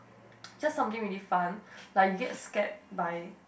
just something really fun like you get scared by